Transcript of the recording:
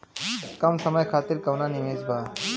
कम समय खातिर कौनो निवेश बा?